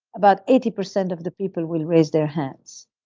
about eighty percent of the people will raise their hands